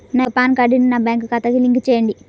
నా యొక్క పాన్ కార్డ్ని నా బ్యాంక్ ఖాతాకి లింక్ చెయ్యండి?